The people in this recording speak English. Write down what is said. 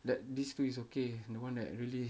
tha~ these two is okay the one that really